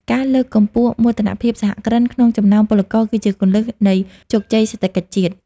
ការលើកកម្ពស់ "មោទនភាពសហគ្រិន" ក្នុងចំណោមពលករ គឺជាគន្លឹះនៃជោគជ័យសេដ្ឋកិច្ចជាតិ។